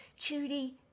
Judy